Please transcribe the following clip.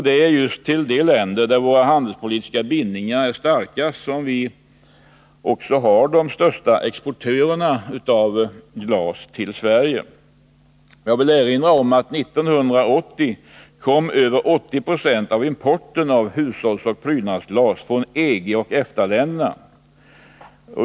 De största exportörerna av glas till Sverige är just de länder till vilka våra handelspolitiska bindningar är starkast. Jag vill erinra om att 1980 över 80 96 av importen av hushållsoch prydnadsglas kom från EG och. EFTA-länderna.